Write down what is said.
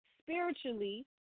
spiritually